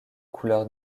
couleur